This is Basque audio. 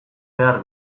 behar